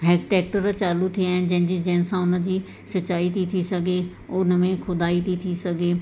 hack tractor चालू थी विया आहिनि जंहिंजी जंहिं सां उन जी सिचाई ती थी सघे ऐं उन में खुदाई ती थी सघे